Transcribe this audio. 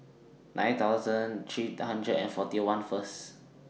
nine thousand three hundred and forty one First